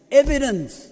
evidence